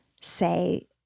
say